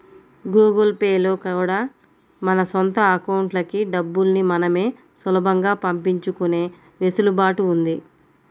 Google Pay లో కూడా మన సొంత అకౌంట్లకి డబ్బుల్ని మనమే సులభంగా పంపించుకునే వెసులుబాటు ఉంది